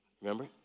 Remember